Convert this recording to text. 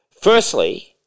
Firstly –